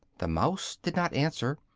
the mouse did not answer,